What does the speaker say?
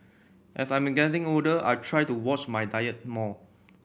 as I am getting older I try to watch my diet more